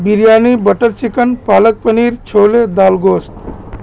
biryani butter chicken palak paneer chole دال گوشت